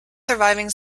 surviving